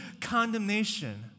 condemnation